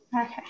Okay